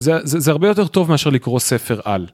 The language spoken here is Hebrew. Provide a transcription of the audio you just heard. זה הרבה יותר טוב מאשר לקרוא ספר על.